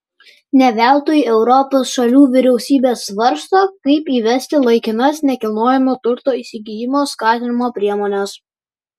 ne veltui europos šalių vyriausybės svarsto kaip įvesti laikinas nekilnojamojo turto įsigijimo skatinimo priemones